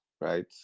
right